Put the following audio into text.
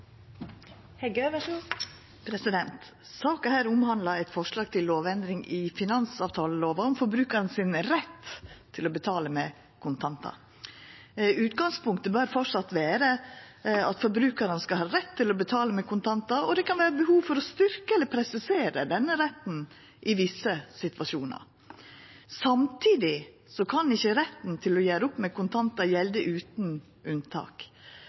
saka omhandlar eit forslag til lovendring i finansavtalelova om forbrukarane sin rett til å betala med kontantar. Utgangspunktet bør framleis vera at forbrukarane skal ha rett til å betala med kontantar, og det kan vera behov for å styrkja eller presisera denne retten i visse situasjonar. Samtidig kan ikkje retten til å gjera opp med kontantar gjelda utan unntak.